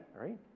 right